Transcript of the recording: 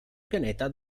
pianeta